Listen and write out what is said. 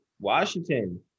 Washington